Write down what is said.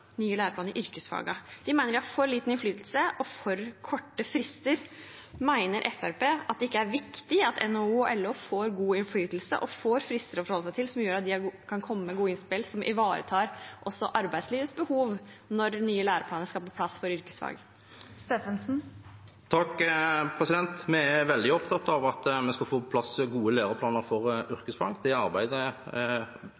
nye læreplaner i yrkesfagene. De mener de har for liten innflytelse og for korte frister. Mener Fremskrittspartiet at det ikke er viktig at NHO og LO får god innflytelse og frister å forholde seg til, som gjør at de kan komme med gode innspill som ivaretar også arbeidslivets behov når nye læreplaner skal på plass for yrkesfag? Vi er veldig opptatt av at vi skal få på plass gode læreplaner for